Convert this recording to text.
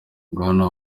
bwana